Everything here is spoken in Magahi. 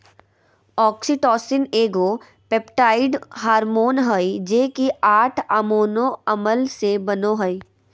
ऑक्सीटोसिन एगो पेप्टाइड हार्मोन हइ जे कि आठ अमोनो अम्ल से बनो हइ